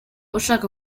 ushaka